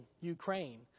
ukraine